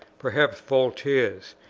perhaps voltaire's,